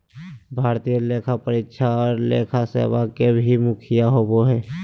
भारतीय लेखा परीक्षा और लेखा सेवा के भी मुखिया होबो हइ